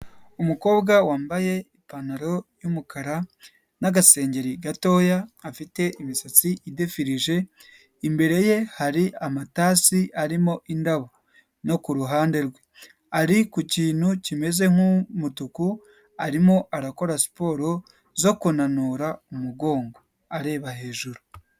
Umukobwa wambaye ipantaro y'umukara n'agasenge gatoya, afite imisatsi idefirije, imbere ye hari amatasi arimo indabo no ku ruhande rwe, ari ku kintu kimeze nk'umutuku arimo arakora siporo zo kunanura umugongo areba hejuru.